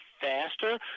faster